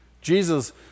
Jesus